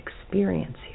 experience